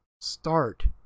start